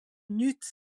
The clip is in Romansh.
gnüts